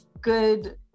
good